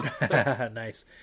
Nice